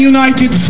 United